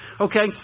okay